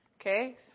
Okay